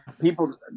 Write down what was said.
people